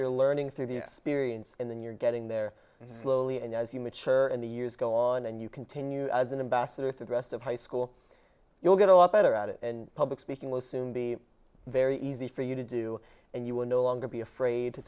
you're learning through the experience and then you're getting there slowly and as you mature and the years go on and you continue as an ambassador through the rest of high school you'll get a lot better at it and public speaking will soon be very easy for you to do and you will no longer be afraid to